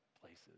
places